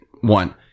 one